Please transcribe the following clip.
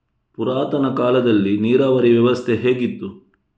ಪುರಾತನ ಕಾಲದಲ್ಲಿ ನೀರಾವರಿ ವ್ಯವಸ್ಥೆ ಹೇಗಿತ್ತು?